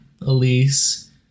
Elise